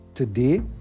Today